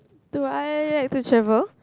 do I like to travel